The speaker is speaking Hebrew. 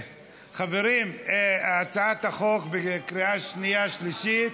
חברים, הצעת החוק הוגשה לקריאה שנייה ושלישית